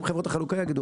גם חברות החלוקה יגידו.